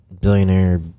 billionaire